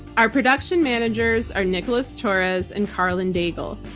our production managers are nicholas torres and karlyn daigle.